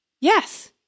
Yes